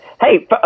Hey